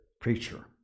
preacher